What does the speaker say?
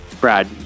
Brad